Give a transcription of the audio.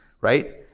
right